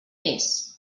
més